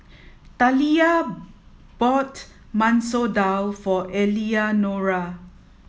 Taliyah bought Masoor Dal for Eleanora